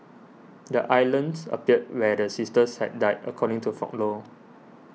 the islands appeared where the sisters had died according to folklore